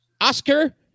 Oscar